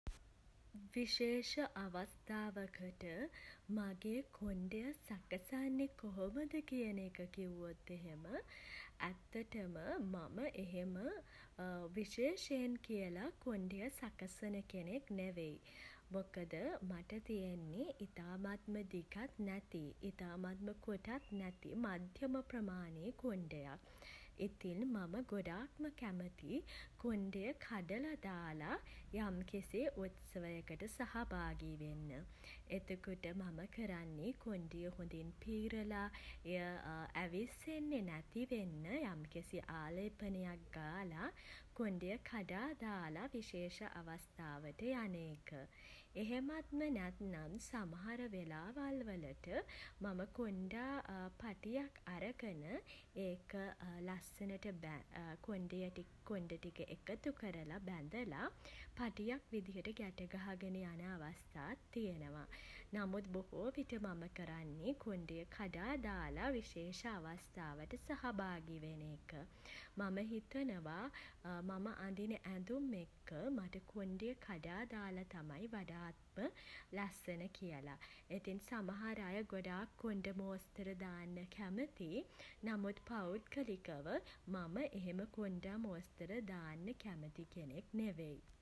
විශේෂ අවස්ථාවකට මගේ කොණ්ඩය සකන්නේ කොහොමද කියන එක කිව්වොත් එහෙම ඇත්තටම මම එහෙම විශේෂයෙන් කියලා කොණ්ඩය සකසන කෙනෙක් නෙවෙයි. මොකද මට තියෙන්නේ ඉතාමත්ම දිගත් නැති ඉතාමත්ම කොටත් නැති මධ්‍යම ප්‍රමාණයේ කොණ්ඩයක්. ඉතින් මම ගොඩක්ම කැමති කොණ්ඩය කඩලා දාලා යම්කිසි උත්සවයකට සහභාගි වෙන්න. එතකොට මම කරන්නේ කොණ්ඩය හොඳින් පීරලා එය ඇවිස්සෙන්නේ නැති වෙන්න යම්කිසි ආලේපනයක් ගාල කොන්ඩය කඩා දාලා විශේෂ අවස්ථාවට යන එක. එහෙමත්ම නැත්නම් සමහර වෙලාවල් වලට මම කොණ්ඩා පටියක් අරගෙන ඒක ලස්සනට කොණ්ඩය කොණ්ඩෙ ටික එකතු කරලා බැඳලා පටියක් විදිහට ගැටගහගෙන අවස්ථාත් තියෙනවා. නමුත් බොහෝ විට මම කරන්නේ කොන්ඩය කඩා දාලා විශේෂ අවස්ථාවට සහභාගී වෙන එක. මම හිතනවා මම අඳින ඇඳුම් එක්ක මට කොණ්ඩය කඩා දාල තමයි වඩාත්ම ලස්සන කියලා. ඉතින් සමහර අය ගොඩාක් කොණ්ඩ මෝස්‌තර දාන්න කැමතියි. නමුත් පෞද්ගලිකව මම එහෙම කොණ්ඩා මෝස්‌තර දාන්න කැමති කෙනෙක් නෙමෙයි.